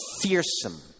fearsome